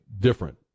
different